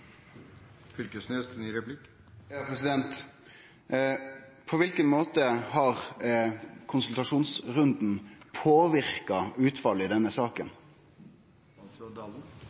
På kva måte har konsultasjonsrunden påverka utfallet i denne saka?